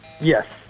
Yes